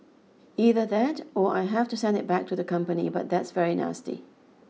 either that or I have to send it back to the company but that's very nasty